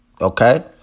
Okay